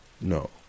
No